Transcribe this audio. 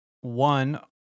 one